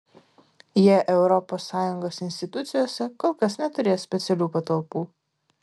jie europos sąjungos institucijose kol kas neturės specialių patalpų